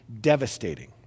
devastating